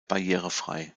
barrierefrei